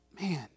man